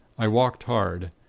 i walked hard.